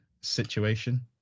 situation